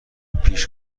پیش